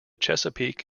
chesapeake